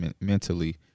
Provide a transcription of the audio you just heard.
mentally